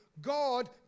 God